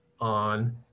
on